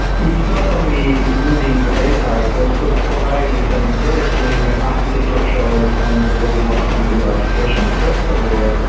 it's not only moving the data. it's also providing some interesting architecture choice on the and way you want to build your application first of all,